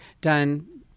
done